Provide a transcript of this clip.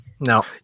No